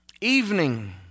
Evening